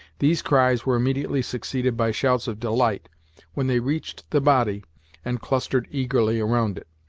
these cries were immediately succeeded by shouts of delight when they reached the body and clustered eagerly around it.